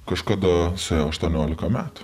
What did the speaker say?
kažkada suėjo aštuoniolika metų